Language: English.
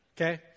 Okay